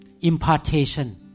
impartation